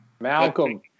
Malcolm